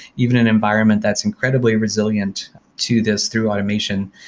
even an environment that's incredibly resilient to this through automation,